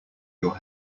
your